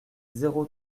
zéro